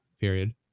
period